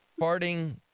Farting